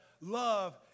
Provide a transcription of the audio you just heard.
love